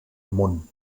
món